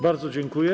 Bardzo dziękuję.